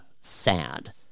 sad